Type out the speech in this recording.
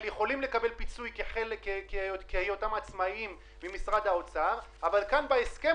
יכולים לקבל פיצוי ממשרד האוצר כהיותם עצמאיים,